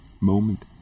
moment